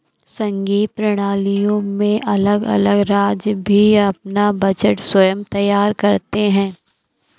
संघीय प्रणालियों में अलग अलग राज्य भी अपना बजट स्वयं तैयार करते हैं